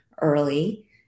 early